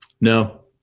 No